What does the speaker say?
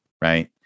right